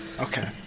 Okay